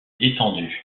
étendues